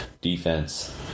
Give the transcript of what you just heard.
defense